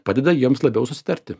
padeda jiems labiau susitarti